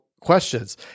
questions